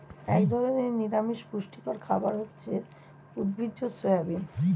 এক ধরনের নিরামিষ পুষ্টিকর খাবার হচ্ছে উদ্ভিজ্জ সয়াবিন